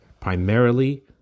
primarily